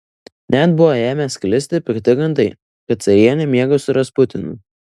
net buvo ėmę sklisti pikti gandai kad carienė miega su rasputinu